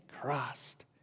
Christ